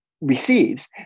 receives